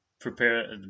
prepare